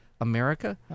America